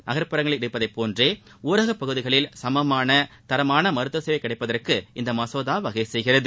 நகரப்புறங்களில் இருப்பதை போன்றே ஊரகப் பகுதிகளில் சுமமான தரமான மருத்துவ சேவை கிடைப்பதற்கு இந்த மகோதா வகை செய்கிறது